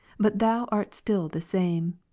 but thou art still the same,